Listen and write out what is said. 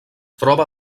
troba